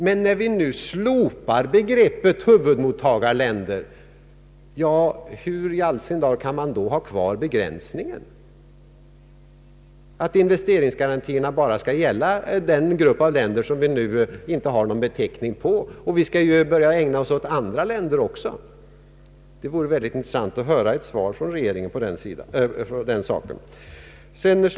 Men när vi nu slopar begreppet huvudmottagarländer, hur i all sin dar kan man då ha kvar begränsningen att investeringsgarantierna bara skall gälla den grupp av länder som vi inte har någon beteckning på? Vi skall ju också börja ägna oss åt andra länder. Det vore väldigt intressant att få ett svar från regeringen om den saken.